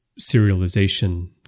serialization